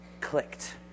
Clicked